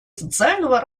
социального